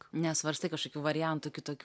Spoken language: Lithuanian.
nesvarstai kažkokių variantų kitokių